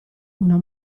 una